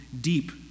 deep